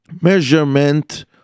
measurement